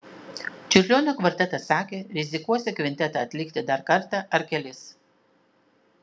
čiurlionio kvartetas sakė rizikuosią kvintetą atlikti dar kartą ar kelis